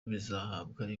bizahabwa